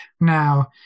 now